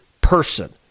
person